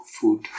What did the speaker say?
food